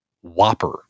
whopper